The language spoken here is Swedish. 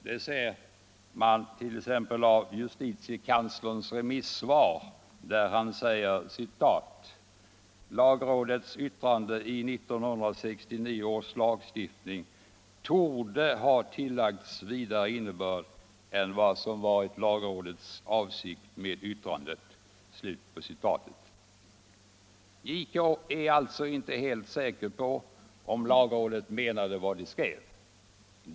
Det ser man t.ex. av justitiekanslerns remissvar, där han säger att lagrådets yttrande i 1969 års lagstiftningsärende torde ha tillagts vidare innebörd än vad som varit lagrådets avsikt med yttrandet. JK är alltså inte helt säker på om lagrådet menade vad det skrev.